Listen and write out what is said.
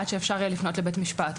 עד שאפשר יהיה לפנות לבית משפט.